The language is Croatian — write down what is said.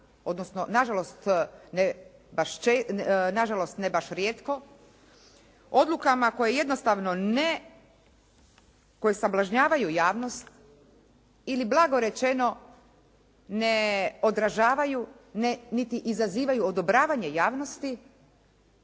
ne baš, nažalost ne baš rijetko odlukama koje jednostavno ne, koje sablažnjavaju javnost ili blago rečeno ne odražavaju niti izazivaju odobravanje javnosti